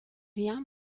jam